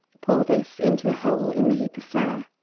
pour this into the hole in the heap of flour.